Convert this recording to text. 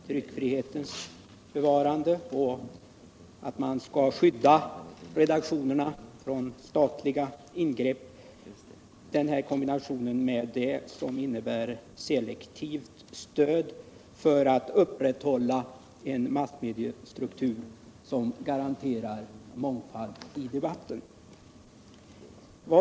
tryckfrihetens bevarande och en strävan att skydda redaktionerna från statliga ingrepp — och ett selektivt stöd för att upprätthålla en massmediestruktur som garanterar mångfald i debatten.